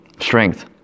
strength